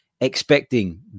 expecting